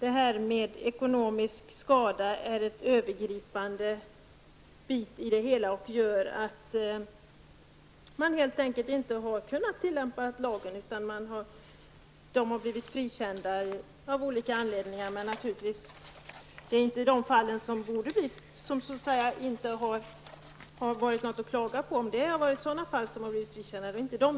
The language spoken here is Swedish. Ekonomisk skada är ett övergripande kriterium som gör att man helt enkelt inte har kunnat tillämpa lagen. Djurägarna i fråga har blivit frikända. Jag avser inte de fall som man egentligen inte borde klaga på.